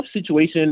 situation